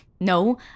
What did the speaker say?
No